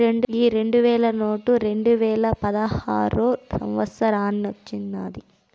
ఈ రెండు వేల నోటు రెండువేల పదహారో సంవత్సరానొచ్చినాది